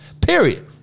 Period